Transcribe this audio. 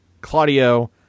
claudio